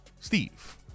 Steve